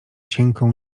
cienką